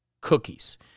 cookies